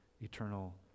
eternal